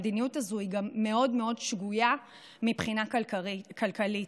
המדיניות הזאת גם מאוד מאוד שגויה מבחינה כלכלית.